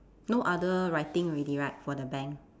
no other writing already right for the bank